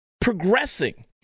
progressing